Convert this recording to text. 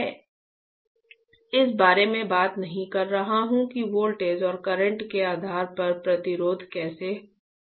मैं इस बारे में बात नहीं कर रहा हूं कि वोल्टेज और करंट के आधार पर प्रतिरोध कैसे